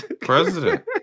president